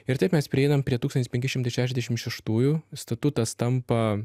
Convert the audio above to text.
ir taip mes prieinam prie tūkstantis penki šimtai šešiasdešim šeštųjų statutas tampa